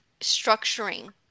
structuring